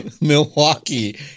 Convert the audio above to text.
Milwaukee